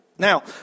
Now